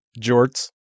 Jorts